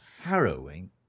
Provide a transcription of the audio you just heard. harrowing